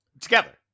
together